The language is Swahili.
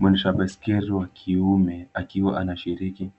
Mwendesha baiskeli wa kiume akiwa anashiriki